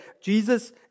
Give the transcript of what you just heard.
Jesus